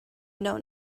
know